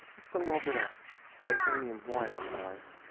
let's put a little bit a titanium white on the knife.